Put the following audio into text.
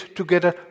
together